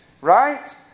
right